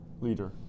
leader